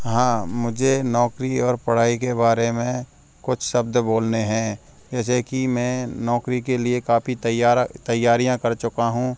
हाँ मुझे नौकरी और पढ़ाई के बारे में कुछ शब्द बोलने हैं जैसे कि मैं नौकरी के लिए काफ़ी तैयारा तैयारियाँ कर चुका हूँ